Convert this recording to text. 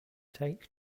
take